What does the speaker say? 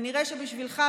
כנראה שבשבילך,